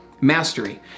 mastery